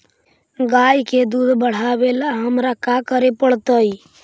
गाय के दुध बढ़ावेला हमरा का करे पड़तई?